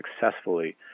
successfully